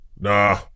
Nah